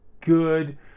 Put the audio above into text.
good